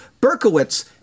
Berkowitz